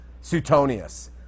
Suetonius